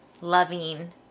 loving